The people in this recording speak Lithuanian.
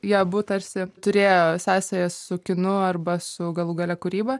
jie abu tarsi turėjo sąsajas su kinu arba su galų gale kūryba